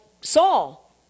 Saul